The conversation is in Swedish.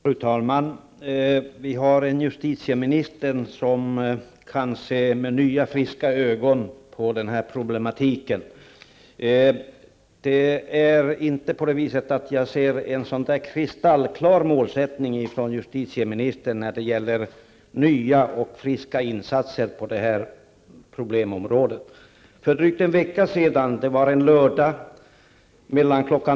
Fru talman! Vi har en justitieminister som kan med nya friska ögon se på den här problematiken. Jag ser ingen kristallklar målsättning från justitieministern för att göra nya och friska insatser på det här problemområdet. 12.00 och kl.